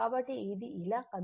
కాబట్టి ఇది ఇలా కదులుతుంది